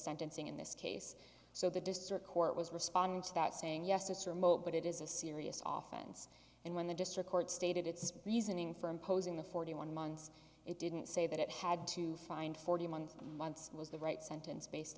sentencing in this case so the district court was responding to that saying yes this remote but it is a serious oftens and when the district court stated its reasoning for imposing the forty one months it didn't say that it had to find forty month months was the right sentence based